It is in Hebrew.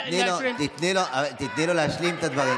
תני לו להשלים את הדברים.